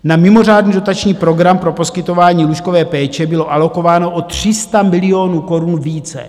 Na mimořádný dotační program pro poskytování lůžkové péče bylo alokováno o 300 milionů korun více.